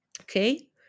Okay